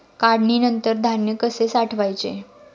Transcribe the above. काढणीनंतर धान्य कसे साठवायचे?